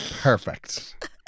perfect